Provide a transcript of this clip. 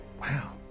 Wow